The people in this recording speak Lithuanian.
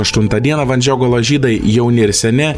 aštuntą dieną vandžiogalos žydai jauni ir seni